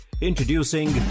Introducing